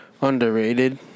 underrated